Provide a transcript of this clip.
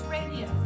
Radio